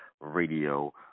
radio